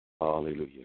Hallelujah